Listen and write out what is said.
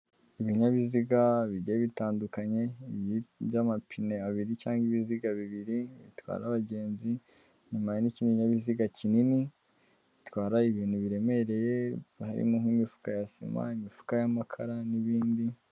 Ibinyabiziga bigiye bitandukanye by'amapine abiri cyangwa ibiziga bibiri bitwara abagenzi inyuma hari n'ikinyabiziga kinini gitwara ibintu biremereye harimo nk'imifuka ya sima, imifuka y'amakara n'ibindi.